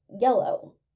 yellow